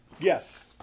Yes